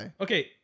Okay